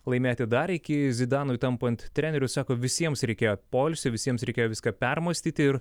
laimėti dar iki zidanui tampant treneriu sako visiems reikėjo poilsio visiems reikėjo viską permąstyti ir